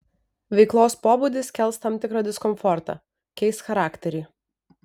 veiklos pobūdis kels tam tikrą diskomfortą keis charakterį